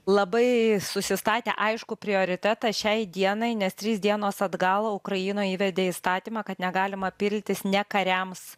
labai susistatę aiškų prioritetą šiai dienai nes trys dienos atgal ukrainoj įvedė įstatymą kad negalima piltis ne kariams